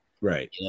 right